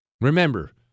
remember